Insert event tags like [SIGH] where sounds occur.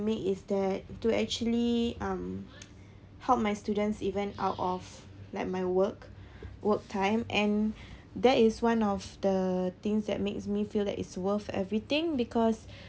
make is that to actually um [NOISE] help my students even out of like my work work time and that is one of the things that makes me feel that it's worth everything because